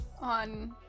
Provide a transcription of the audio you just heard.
On